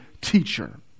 Teacher